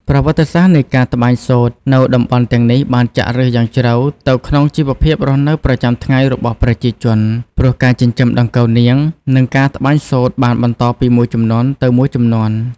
ប្រវត្តិសាស្ត្រនៃការត្បាញសូត្រនៅតំបន់ទាំងនេះបានចាក់ឫសយ៉ាងជ្រៅទៅក្នុងជីវភាពរស់នៅប្រចាំថ្ងៃរបស់ប្រជាជន ព្រោះការចិញ្ចឹមដង្កូវនាង និងការត្បាញសូត្របានបន្តពីមួយជំនាន់ទៅមួយជំនាន់។